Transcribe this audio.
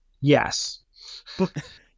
yes